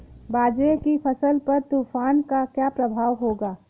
बाजरे की फसल पर तूफान का क्या प्रभाव होगा?